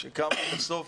כשקמנו בסוף,